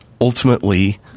ultimately